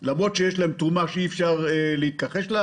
למרות שיש להם תרומה שאי אפשר להתכחש לה,